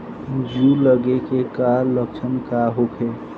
जूं लगे के का लक्षण का होखे?